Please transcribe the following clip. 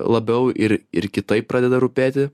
labiau ir ir kitaip pradeda rūpėti